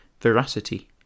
veracity